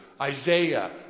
Isaiah